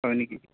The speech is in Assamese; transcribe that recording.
হয় নেকি